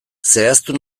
zehaztu